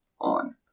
on